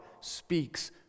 speaks